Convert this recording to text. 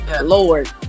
Lord